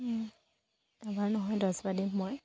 এবাৰ নহয় দহবাৰ দিম মই